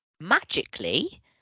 magically